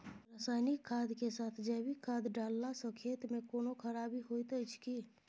रसायनिक खाद के साथ जैविक खाद डालला सॅ खेत मे कोनो खराबी होयत अछि कीट?